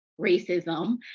racism